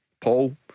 Paul